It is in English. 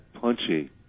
punchy